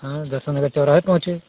हाँ दर्शन नगर चौराहे प पहुंचे